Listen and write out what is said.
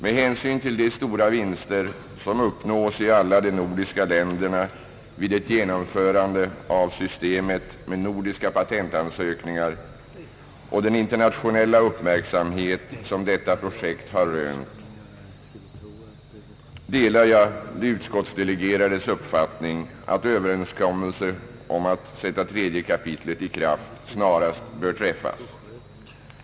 Med hänsyn till de stora vinster som uppnås i de nordiska länderna vid genomförandet av systemet med nor diska patentansökningar och den internationella uppmärksamhet, som detta projekt har rönt, delar jag de utskottsdelegerades uppfattning att en överenskommelse om att sätta tredje kapitlet i kraft snarast bör träffas.